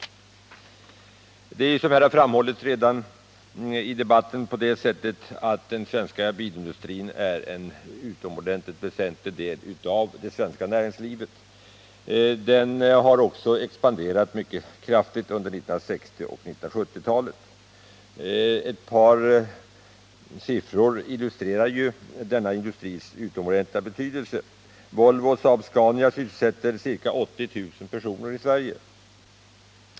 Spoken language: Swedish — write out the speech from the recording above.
Den svenska bilindustrin är, som redan har framhållits i debatten, en ytterst väsentlig del i det svenska näringslivet. Den har också expanderat mycket kraftigt under 1960 och 1970-talen. Följande siffror illustrerar denna industris utomordentliga betydelse: Volvo och Saab-Scania sysselsätter ca 80 000 personer i Sverige.